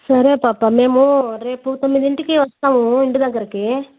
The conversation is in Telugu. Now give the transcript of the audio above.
సరే పాపా మేము రేపు తొమ్మిదింటికి వస్తాము ఇంటి దగ్గరికి